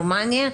רומניה,